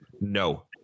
No